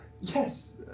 Yes